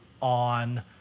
on